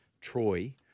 Troy